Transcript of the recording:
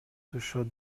түшөт